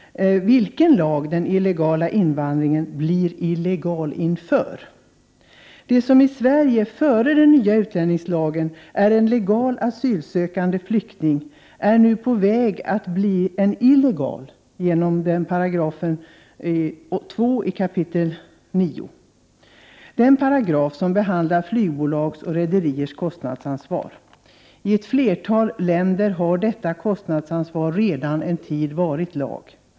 1988/89:129 = beror det ju på vilken lag invandringen blir illegal inför. Den som i Sverige före den nya utlänningslagens tillkomst var en legal asylsökande flykting är nu på väg att bli en illegal genom 9 kap. 2 §i den nya lagen, den paragraf som behandlar flygbolags och rederiers kostnadsansvar. I ett flertal länder har detta kostnadsansvar redan en tid varit lag.